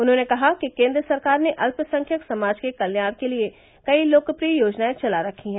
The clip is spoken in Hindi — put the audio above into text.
उन्होंने कहा कि केन्द्र सरकार ने अल्पसंख्यक समाज के कल्याण के लिए कई लोकप्रिय योजनाएं चला रखी है